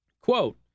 Quote